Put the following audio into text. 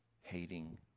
hating